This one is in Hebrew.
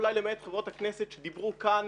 אולי למעט חברות הכנסת שדיברו כאן.